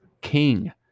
king